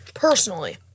Personally